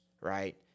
right